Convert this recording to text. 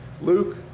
Luke